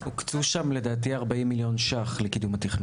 לדעתי הוקצו שם 40 מיליון שקלים לקידום התכנון.